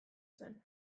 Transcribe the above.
zen